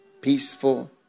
peaceful